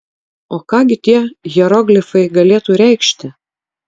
o ką gi tie hieroglifai galėtų reikšti